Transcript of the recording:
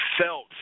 felt